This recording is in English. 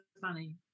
funny